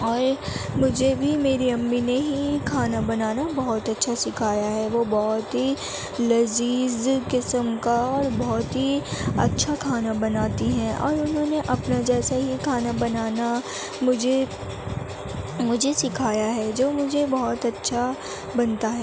اور مجھے بھی میری امی نے ہی کھانا بنانا بہت اچھا سکھایا ہے وہ بہت ہی لذیذ قسم کا اور بہت ہی اچھا کھانا بناتی ہیں اورانہـوں نے اپنے جیسا ہی کھانا بنانا مجھے مجھے سکھایا ہے جو مجھے بہت اچھا بنتا ہے